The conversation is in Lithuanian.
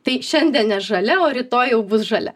tai šiandien ne žalia o rytoj jau bus žalia